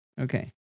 Okay